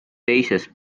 teises